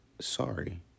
sorry